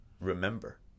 remember